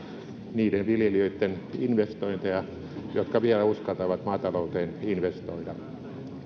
niiden viljelijöitten investointeja jotka vielä uskaltavat maatalouteen investoida